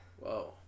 whoa